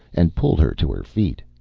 and pulled her to her feet.